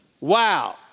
Wow